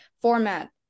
format